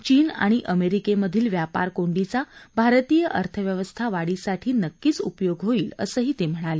चीन आणि अमेरिकेमधील व्यापार कोंडीचा भारतीय अर्थव्यवस्था वाढीसाठी नक्कीच उपयोग होईल असंही ते म्हणाले